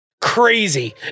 crazy